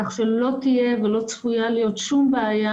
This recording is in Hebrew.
כך שלא תהיה ולא צפויה להיות שום בעיה